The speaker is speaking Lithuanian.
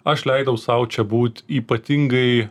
aš leidau sau čia būt ypatingai